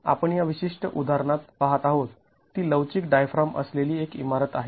आपण या विशिष्ट उदाहरणात पहात आहोत ती लवचिक डायफ्राम असलेली एक इमारत आहे